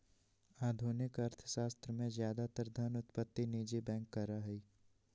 आधुनिक अर्थशास्त्र में ज्यादातर धन उत्पत्ति निजी बैंक करा हई